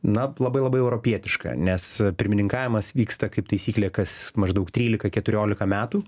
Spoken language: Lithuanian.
na labai labai europietiška nes pirmininkavimas vyksta kaip taisyklė kas maždaug trylika keturiolika metų